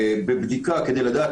בוקר טוב לכולם,